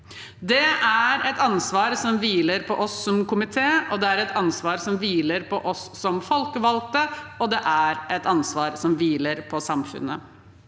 Det er et ansvar som hviler på oss som komité, det er et ansvar som hviler på oss som folkevalgte, og det er et ansvar som hviler på samfunnet.